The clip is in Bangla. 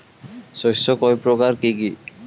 শস্য কয় প্রকার কি কি?